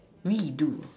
we do